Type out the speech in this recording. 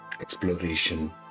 exploration